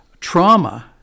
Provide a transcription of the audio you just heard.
Trauma